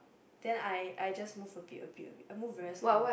then I I just move a bit a bit a bit I move very slow